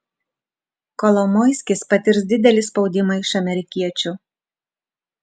kolomoiskis patirs didelį spaudimą iš amerikiečių